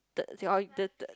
the the the